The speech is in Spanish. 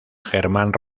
germán